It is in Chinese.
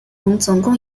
总共